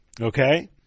okay